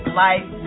life